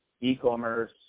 e-commerce